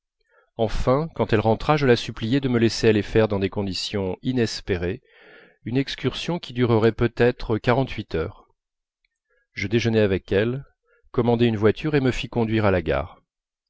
enfin quand elle rentra je la suppliai de me laisser aller faire dans des conditions inespérées une excursion qui durerait peut-être quarante-huit heures je déjeunai avec elle commandai une voiture et me fis conduire à la gare